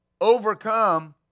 overcome